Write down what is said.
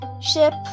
ship